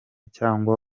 cyangwa